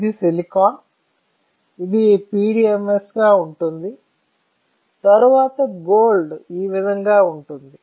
ఇది సిలికాన్ ఇది PDMS గా ఉంటుంది తరువాత గోల్డ్ ఈ విధంగా ఉంటుంది